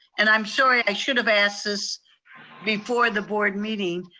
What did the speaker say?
and i'm sorry i should have asked this before the board meeting,